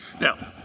Now